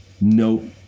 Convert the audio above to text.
no